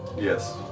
Yes